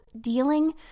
dealing